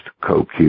CoQ